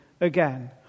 again